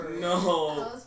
No